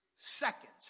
seconds